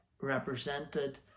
represented